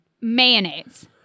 Mayonnaise